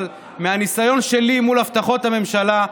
אבל מהניסיון שלי מול הבטחות הממשלה,